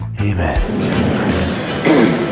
Amen